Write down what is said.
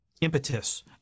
impetus